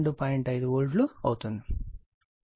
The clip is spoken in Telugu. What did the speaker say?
5 వోల్ట్లు అవుతుంది